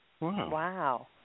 Wow